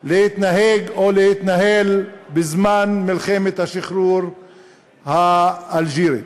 להתנהג או להתנהל בזמן מלחמת השחרור האלג'ירית.